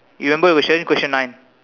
remember the question question nine